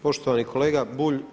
Poštovani kolega Bulj.